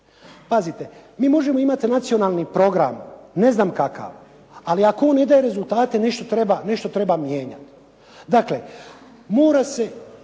Pazite, mi možemo imati nacionalni program ne znam kakav, ali ako on ne daje rezultate nešto treba mijenjati. Dakle, mora se